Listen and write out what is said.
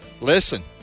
Listen